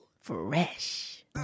Fresh